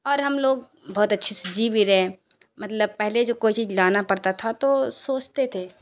اور ہم لوگ بہت اچھے سے جی بھی رہے ہیں مطلب پہلے جو کوئی چیز لانا پڑتا تھا تو سوچتے تھے